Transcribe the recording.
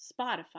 Spotify